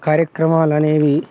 కార్యక్రమాలు అనేవి